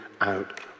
out